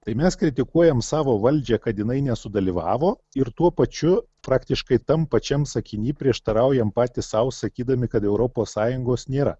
tai mes kritikuojam savo valdžią kad jinai nesudalyvavo ir tuo pačiu praktiškai tam pačiam sakiny prieštaraujam patys sau sakydami kad europos sąjungos nėra